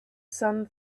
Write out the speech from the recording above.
sun